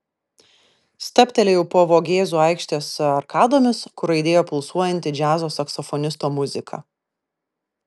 stabtelėjau po vogėzų aikštės arkadomis kur aidėjo pulsuojanti džiazo saksofonisto muzika